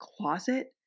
closet